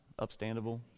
Upstandable